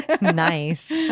Nice